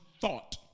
thought